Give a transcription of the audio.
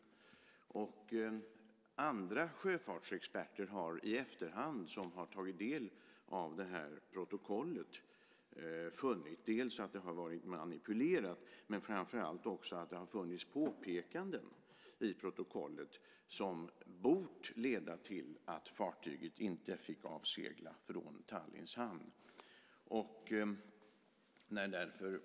Andra sjöfartsexperter som har tagit del av det här protokollet har i efterhand funnit att det har varit manipulerat, men framför allt att det har funnits påpekanden i protokollet som bort leda till att fartyget inte fick avsegla från Tallinns hamn.